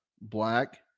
black